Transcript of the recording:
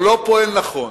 או לא פועל נכון.